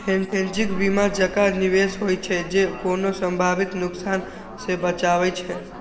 hedging बीमा जकां निवेश होइ छै, जे कोनो संभावित नुकसान सं बचाबै छै